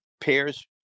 pairs